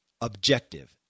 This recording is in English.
Objective